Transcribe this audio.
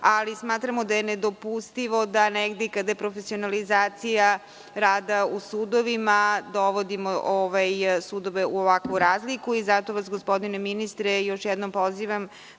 ali smatramo da je nedopustivo da i kada je profesionalizacija rada u sudovima dovodimo sudove u ovakvu razliku. Zato vas, gospodine ministre, još jednom pozivam